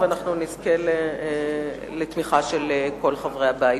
ואנחנו נזכה לתמיכה של כל חברי הבית.